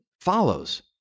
follows